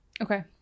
Okay